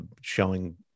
showing